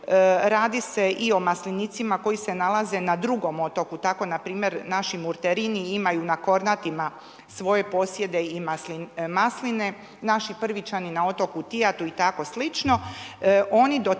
radi se i o maslinicima koji se nalaze na drugom otoku. Tako npr. naši Murterini imaju na Kornatima svoje posjede i masline, naši Prvićani na otoku Tijatu i tako slično,